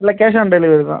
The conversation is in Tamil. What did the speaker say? இல்லை கேஷ் ஆன் டெலிவரி தான்